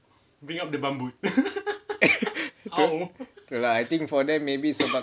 no lah I think for them maybe is about